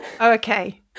Okay